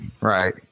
right